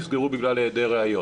נסגרו בגלל היעדר ראיות.